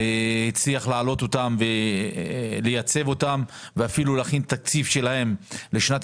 הצליח להעלות אותן ולייצב אותן ואפילו להכין את התקציב שלהן לשנת